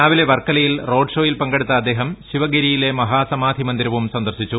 രാവിലെ വർക്കലയിൽ റോഡ്ഷോയിൽ പങ്കെടുത്ത അദ്ദേഹം ശിവഗിരിയിലെ മഹാസമാധിമന്ദിരവും സന്ദർശിച്ചു